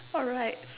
alright